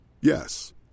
Yes